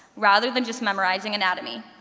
rather than just memorizing anatomy.